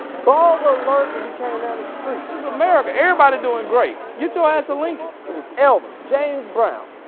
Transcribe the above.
baller alert when you came down the street. this is america, everybody doing great. get your so ass a lincoln. there was elvis, james brown,